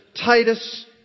Titus